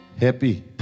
happy